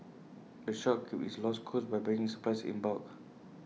the shop keeps its low costs by buying its supplies in bulk